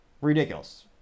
Ridiculous